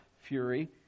fury